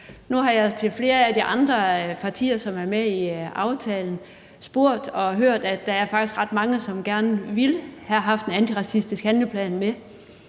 Nu har jeg spurgt flere af de andre partier, som er med i aftalen, og har hørt, at der faktisk er ret mange, som gerne ville have haft en antiracistisk handleplan med,